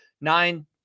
Nine